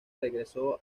regresó